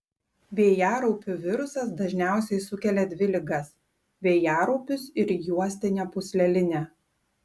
vėjaraupių virusas dažniausiai sukelia dvi ligas vėjaraupius ir juostinę pūslelinę